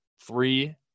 three